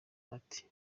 ati